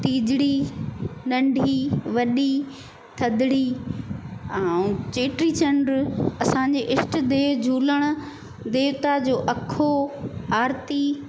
तीजड़ी नंढी वॾी थदड़ी ऐं चेटी चंड असांजे ईष्ट देव झुलण देवता जो अखो आरती